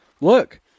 look